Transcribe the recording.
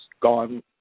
gone